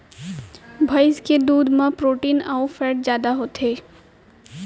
भईंस के दूद म प्रोटीन अउ फैट जादा होथे